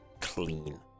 clean